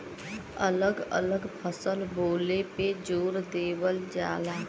अलग अलग फसल बोले पे जोर देवल जाला